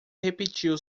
repetiu